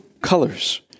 colors